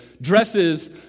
dresses